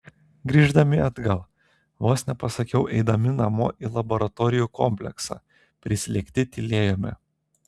grįždami atgal vos nepasakiau eidami namo į laboratorijų kompleksą prislėgti tylėjome